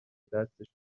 دستش